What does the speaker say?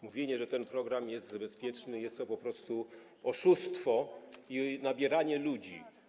Mówienie, że ten program jest bezpieczny, jest po prostu oszustwem i nabieraniem ludzi.